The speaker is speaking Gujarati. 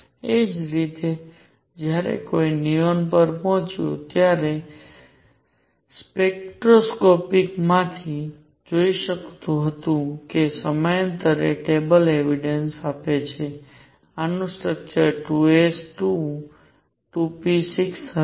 એ જ રીતે જ્યારે કોઈ નિયોન પર પહોંચ્યું ત્યારે કોઈ સ્પેક્ટ્રોસ્કોપિકમાંથી જોઈ શકતું હતું અને આ સમયાંતરે ટેબલ એવિડન્સ આપે છે કે આનું સ્ટ્રકચર 2 s 2 2 p 6 હતું